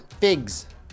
figs